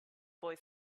boy